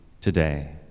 today